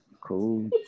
Cool